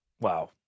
Wow